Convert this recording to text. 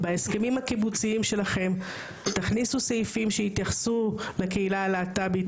בהסכמים הקיבוציים שלכם תכניסו סעיפים שיתייחסו לקהילה הלהט"בית,